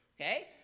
Okay